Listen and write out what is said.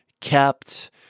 kept